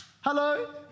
Hello